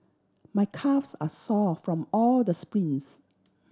my calves are sore from all the sprints